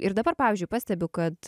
ir dabar pavyzdžiui pastebiu kad